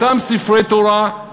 אותם ספרי תורה,